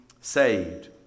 saved